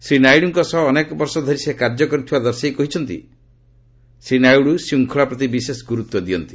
ଶ୍ରୀ ନାଇଡ଼ୁଙ୍କ ସହ ଅନେକ ବର୍ଷ ଧରି ସେ କାର୍ଯ୍ୟ କରିଥିବା ଦର୍ଶାଇ କହିଛନ୍ତି ସେ ଶୃଙ୍ଖଳା ପ୍ରତି ବିଶେଷ ଗୁରୁତ୍ୱ ଦିଅନ୍ତି